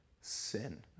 sin